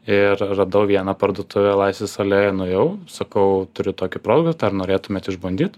ir radau vieną parduotuvę laisvės alėjoj nuėjau sakau turiu tokį produktą ar norėtumėt išbandyt